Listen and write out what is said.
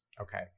okay